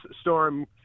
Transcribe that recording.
storm